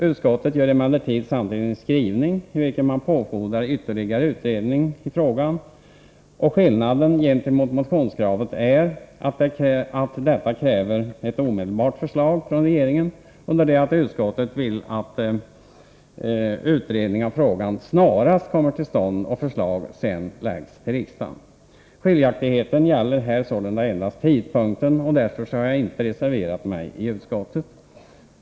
Utskottet gör emellertid samtidigt en skrivning, i vilken man påfordrar ytterligare utredning i frågan. Skillnaden gentemot motionskravet är att motionärerna kräver ett omedelbart förslag från regeringen, under det att utskottet vill att utredning av frågan snarast kommer till stånd och förslag sedan läggs fram för riksdagen. Skiljaktigheten gäller här sålunda endast tidpunkten, och därför har jag inte reserverat mig i utskottet.